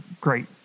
great